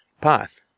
path